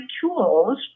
tools